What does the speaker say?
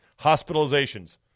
hospitalizations